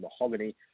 Mahogany